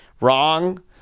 wrong